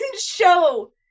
show